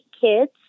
kids